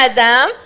Adam